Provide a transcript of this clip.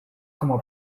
como